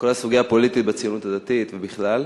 על כל הסוגיה הפוליטית בציונות הדתית ובכלל,